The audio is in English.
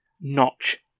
Notch